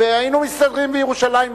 והיינו מסתדרים בירושלים,